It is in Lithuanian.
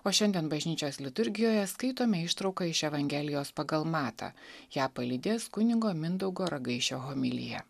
o šiandien bažnyčios liturgijoje skaitome ištrauką iš evangelijos pagal matą ją palydės kunigo mindaugo ragaišio homilija